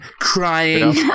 crying